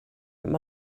from